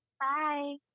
Bye